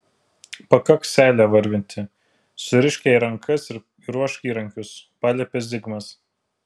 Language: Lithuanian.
pakaks seilę varvinti surišk jai rankas ir ruošk įrankius paliepė zigmas